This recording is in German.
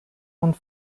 und